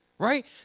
Right